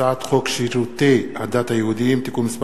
הצעת חוק שירותי הדת היהודיים (תיקון מס'